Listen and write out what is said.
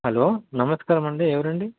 hello నమస్కారమండి ఎవరండి